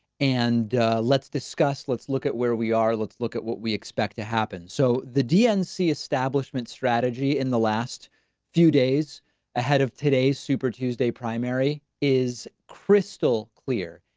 and let's discuss, let's look at where we are, look at what we expect to happen. so the dnc establishment strategy in the last few days ahead of today's super tuesday, primary is crystal clear.